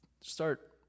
start